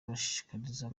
barashishikarizwa